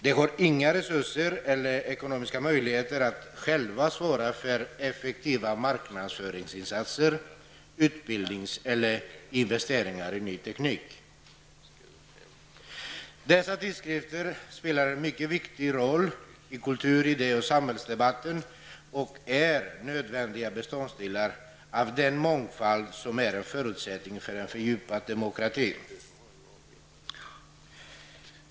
De har inga resurser eller ekonomiska möjligheter att själva svara för effektiva marknadsföringsinsatser, utbildning eller investeringar i ny teknik. Dessa tidskrifter spelar en mycket viktig roll i kultur-, idéoch samhällsdebatten och är nödvändiga beståndsdelar av den mångfald som är en förutsättning för en fördjupad demokrati.